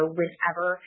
whenever